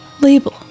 Label